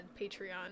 Patreon